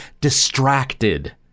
distracted